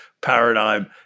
paradigm